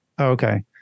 Okay